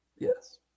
Yes